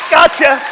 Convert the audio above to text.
Gotcha